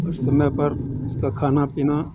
और समय पर उसका खाना पीना